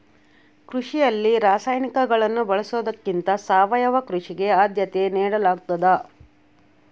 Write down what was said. ಕೃಷಿಯಲ್ಲಿ ರಾಸಾಯನಿಕಗಳನ್ನು ಬಳಸೊದಕ್ಕಿಂತ ಸಾವಯವ ಕೃಷಿಗೆ ಆದ್ಯತೆ ನೇಡಲಾಗ್ತದ